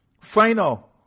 final